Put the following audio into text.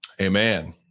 Amen